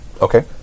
Okay